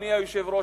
אדוני היושב-ראש,